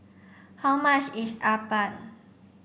how much is Appam